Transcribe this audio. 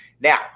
now